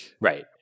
Right